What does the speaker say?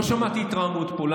לא שמעתי התרעמות פה.